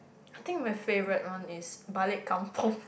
I think my favourite one is balik-kampung